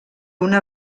una